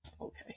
okay